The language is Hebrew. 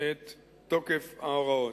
את תוקף ההוראות.